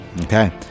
Okay